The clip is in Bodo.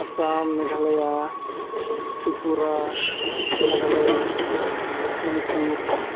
आसाम मेघालया त्रिपुरा नागालेण्ड मणिपुर